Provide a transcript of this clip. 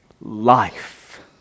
life